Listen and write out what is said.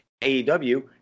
AEW